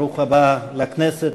ברוך הבא לכנסת.